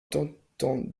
tentant